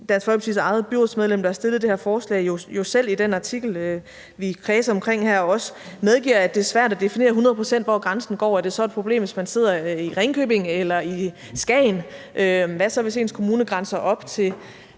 Dansk Folkepartis eget byrådsmedlem, der har stillet det her forslag, jo selv i den artikel, vi kredser omkring her, også medgiver, at det er svært at definere hundrede procent, hvor grænsen går. Er det så et problem, hvis man sidder i Ringkøbing eller i Skagen? Hvad så, hvis ens kommune grænser op til